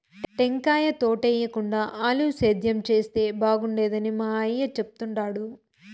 టెంకాయ తోటేయేకుండా ఆలివ్ సేద్యం చేస్తే బాగుండేదని మా అయ్య చెప్తుండాడు